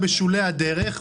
בנתיבים שגורמים לגודש.